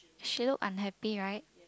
she look unhappy right